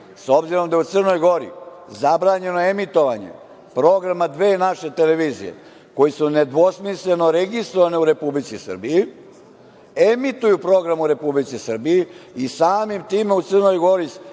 s obzirom da je u Crnoj Gori, zabranjeno emitovanje programa dve naše televizije, koji su nedvosmisleno registrovane u Republici Srbiji, emituju program u Republici Srbiji i samim tim u Crnoj Gori